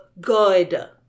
good